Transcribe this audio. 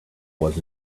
was